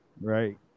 Right